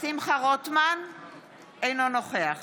אינו נוכח